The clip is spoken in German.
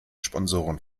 sponsoren